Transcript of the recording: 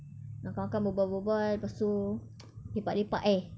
makan makan berbual berbual lepas tu lepak-lepak eh